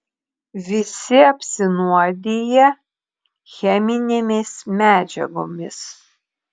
visi apsinuodiję cheminėmis medžiagomis